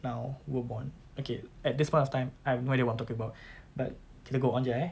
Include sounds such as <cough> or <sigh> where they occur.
now we're born okay at this point of time I have no idea what I'm talking about <breath> but kita go on jer eh